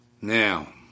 Now